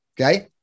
Okay